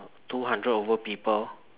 two hundred over people